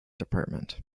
department